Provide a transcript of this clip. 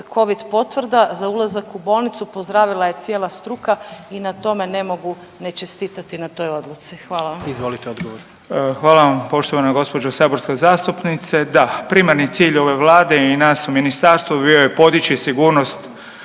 Covid potvrda za ulazak u bolnicu pozdravila je cijela struka i na tome ne mogu ne čestitati na toj odluci. Hvala vam. **Jandroković, Gordan (HDZ)** Izvolite odgovor. **Beroš, Vili (HDZ)** Hvala vam poštovana gđo. saborska zastupnice. Da, primarni cilj ove Vlade i nas u Ministarstvu bio je podići sigurnost